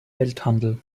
welthandel